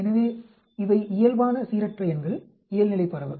எனவே இவை இயல்பான சீரற்ற எண்கள் இயல்நிலை பரவல்